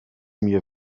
mir